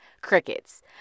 crickets